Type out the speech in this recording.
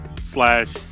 slash